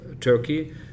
Turkey